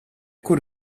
kur